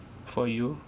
for you